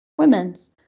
Women's